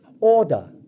order